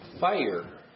fire